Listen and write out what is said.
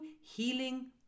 healing